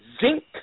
zinc